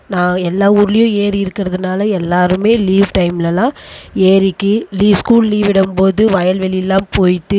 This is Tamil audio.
நான் எல்லா ஊர்லேயும் ஏரி இருக்கிறதுனால எல்லோருமே லீவ் டைம்லலாம் ஏரிக்கு லீவ் ஸ்கூல் லீவ் விடும்போது வயல்வெளிலாம் போயிட்டு